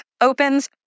opens